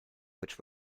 which